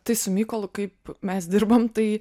tai su mykolu kaip mes dirbam tai